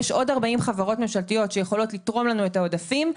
יש עוד 40 חברות ממשלתיות שיכולות לתרום לנו את העודפים.